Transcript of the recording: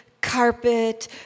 carpet